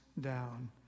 down